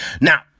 Now